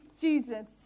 Jesus